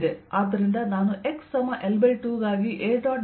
ಆದ್ದರಿಂದ ನಾನು x L2 ಗಾಗಿ A